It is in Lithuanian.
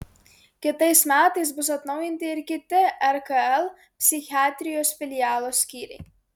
kitais metais bus atnaujinti ir kiti rkl psichiatrijos filialo skyriai